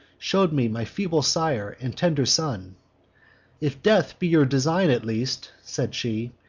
shew'd me my feeble sire and tender son if death be your design, at least said she,